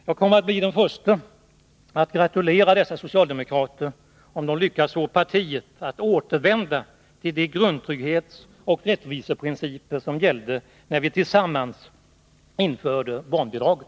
Jag kommer att bli den förste att gratulera dessa socialdemokrater, om de lyckas få partiet att återvända till de grundtrygghetsoch rättviseprinciper som gällde när vi tillsammans införde barnbidraget.